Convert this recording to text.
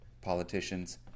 politicians